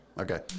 okay